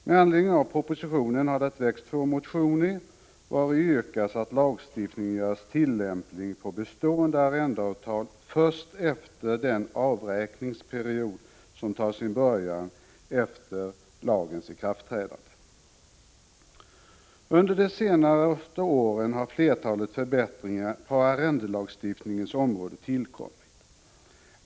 Med anledning av propositionen har det väckts två motioner, vari yrkas att lagstiftningen skall göras tillämplig på bestående arrendeavtal först efter den avräkningsperiod som tar sin början sedan lagen trätt i kraft. Under de senaste åren har ett flertal förbättringar på arrendelagstiftningens område skett.